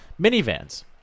Minivans